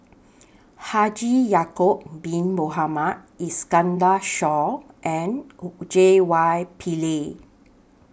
Haji Ya'Acob Bin Mohamed Iskandar Shah and J Y Pillay